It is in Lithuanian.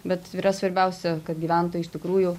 bet yra svarbiausia kad gyventojai iš tikrųjų